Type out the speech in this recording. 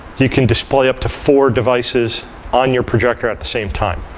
you can display up to four devices on your projector at the same time.